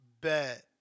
bet